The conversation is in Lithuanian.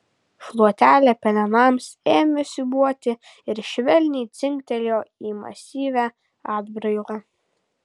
šluotelė pelenams ėmė siūbuoti ir švelniai dzingtelėjo į masyvią atbrailą